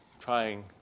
trying